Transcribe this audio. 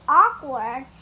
awkward